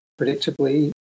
predictably